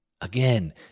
Again